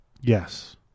Yes